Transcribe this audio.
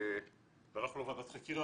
ואנחנו לא ועדת חקירה,